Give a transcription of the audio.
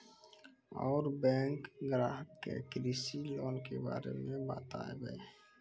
और बैंक ग्राहक के कृषि लोन के बारे मे बातेबे?